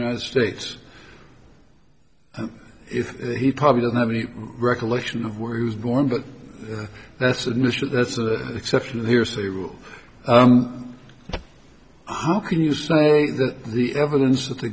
united states if he probably doesn't have any recollection of were he was born but that's the exception here is the rule how can you say the evidence that the